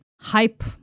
hype